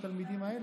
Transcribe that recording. ואני